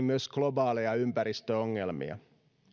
myös globaaleja ympäristöongelmia